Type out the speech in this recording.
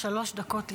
שלוש דקות לרשותך.